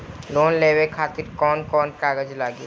Loan लेवे खातिर कौन कौन कागज लागी?